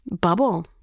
bubble